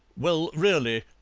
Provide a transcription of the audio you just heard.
well, really,